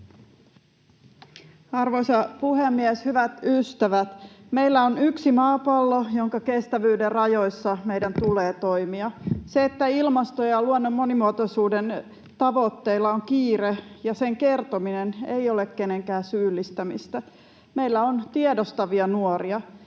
Arvoisa puhemies, hyvät ystävät! Meillä on yksi maapallo, jonka kestävyyden rajoissa meidän tulee toimia. Se, että ilmaston ja luonnon monimuotoisuuden tavoitteilla on kiire, ja sen kertominen eivät ole kenenkään syyllistämistä. Meillä on tiedostavia nuoria.